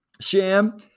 Sham